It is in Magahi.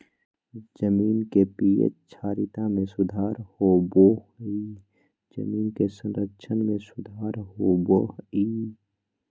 जमीन के पी.एच क्षारीयता में सुधार होबो हइ जमीन के संरचना में सुधार होबो हइ